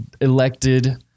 elected